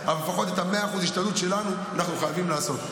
אבל לפחות מאה אחוז השתדלות שלנו אנחנו חייבים לעשות.